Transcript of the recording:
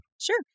Sure